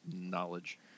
knowledge